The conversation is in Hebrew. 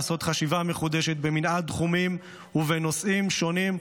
לעשות חשיבה מחודשת במנעד תחומים ובנושאים שונים,